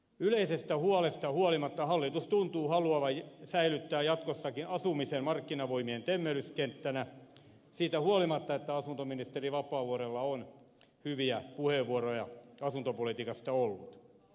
yleisestä huolesta huolimatta hallitus tuntuu haluavan säilyttää jatkossakin asumisen markkinavoimien temmellyskenttänä siitä huolimatta että asuntoministeri vapaavuorella on hyviä puheenvuoroja asuntopolitiikasta ollut